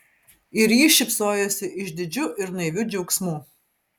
ir ji šypsojosi išdidžiu ir naiviu džiaugsmu